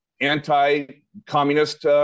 anti-communist